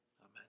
Amen